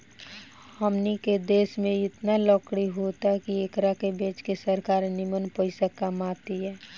हमनी के देश में एतना लकड़ी होता की एकरा के बेच के सरकार निमन पइसा कमा तिया